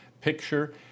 picture